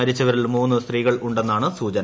മരിച്ചവരിൽ മൂന്ന് സ്ത്രീകൾ ഉണ്ടെന്നാണ് സൂചന